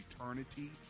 eternity